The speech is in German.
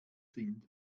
sind